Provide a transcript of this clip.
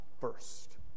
first